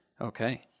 Okay